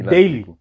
Daily